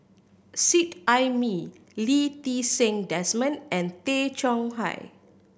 Seet Ai Mee Lee Ti Seng Desmond and Tay Chong Hai